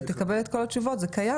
לא, אתה תקבל את כל התשובות, זה קיים.